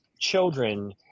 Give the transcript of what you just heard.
children